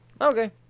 Okay